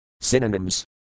Synonyms